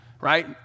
right